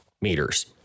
meters